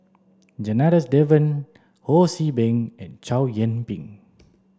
Janadas Devan Ho See Beng and Chow Yian Ping